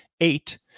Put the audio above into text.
Eight